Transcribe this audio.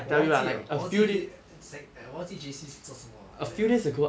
我忘记了我忘记 eh sec 我忘记 J_C 是做什么了 lab